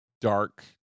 dark